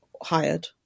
hired